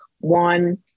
One